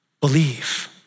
believe